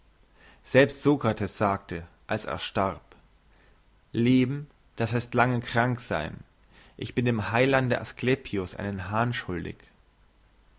selbst sokrates sagte als er starb leben das heisst lange krank sein ich bin dem heilande asklepios einen hahn schuldig